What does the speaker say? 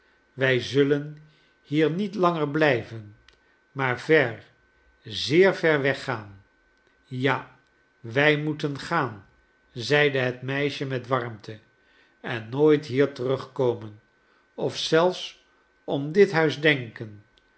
wij zullen hier niet langer blijven maar ver zeer ver weggaan ja wij moeten gaan zeide het meisje met warmte en nooit hier terug komen of zelfs om dit huis denken